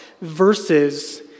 verses